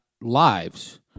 lives